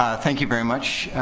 ah thank you very much